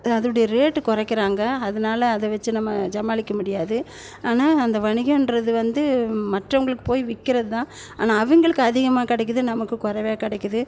அதோடைய ரேட்டு குறைக்கிறாங்க அதனால அதை வச்சு நம்ம சமாளிக்க முடியாது ஆனால் அந்த வணிகன்றது வந்து மற்றவங்களுக்கு போய் விற்கிறது தான் ஆனால் அவங்களுக்கு அதிகமாக கிடைக்கிது நமக்கு குறைவா கிடைக்குது